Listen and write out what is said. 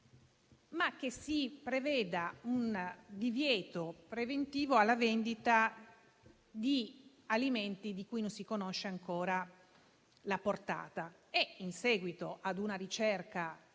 ma che si preveda un divieto preventivo alla vendita di alimenti di cui non si conosce ancora la portata. In seguito ad una ricerca